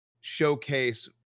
showcase